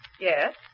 Yes